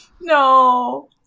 No